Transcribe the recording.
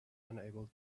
unable